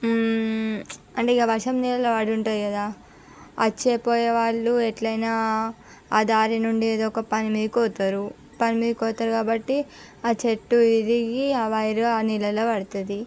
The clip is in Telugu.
అంటే ఇక వర్షం నీళ్ళలో పడి ఉంటుంది కదా వచ్చే పోయే వాళ్ళు ఎట్లైనా ఆ దారి నుండి ఏదో ఒక పని మీదికి పోతారు పని మీదకి పోతారు కాబట్టి ఆ చెట్టు ఇరిగి ఆ వైరు ఆ నీళ్ళలో పడుతుంది